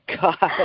God